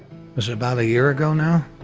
is it about a year ago now?